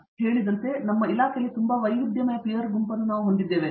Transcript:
ನೀವು ಹೇಳಿದಂತೆ ನಾವು ನಮ್ಮ ಇಲಾಖೆಯಲ್ಲಿ ತುಂಬಾ ವೈವಿಧ್ಯಮಯ ಪೀರ್ ಗುಂಪನ್ನು ಹೊಂದಿದ್ದೇವೆ